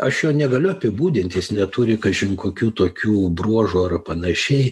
aš jo negaliu apibūdint jis neturi kažin kokių tokių bruožų ar panašiai